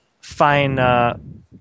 fine